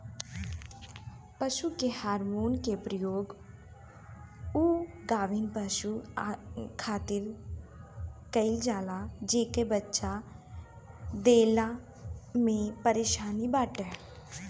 पशु के हार्मोन के प्रयोग उ गाभिन पशु खातिर कईल जाला जेके बच्चा देला में परेशानी बाटे